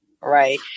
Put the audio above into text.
right